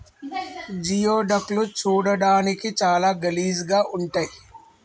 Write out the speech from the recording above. geoduck లు చూడడానికి చాలా గలీజ్ గా ఉంటయ్